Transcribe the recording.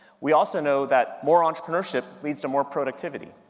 we also know that more entrepreneurship leads to more productivity.